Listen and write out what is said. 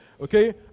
Okay